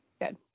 good